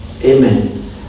amen